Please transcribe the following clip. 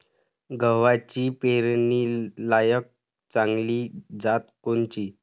गव्हाची पेरनीलायक चांगली जात कोनची?